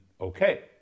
okay